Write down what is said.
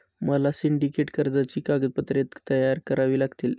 मला सिंडिकेट कर्जाची कागदपत्रे तयार करावी लागतील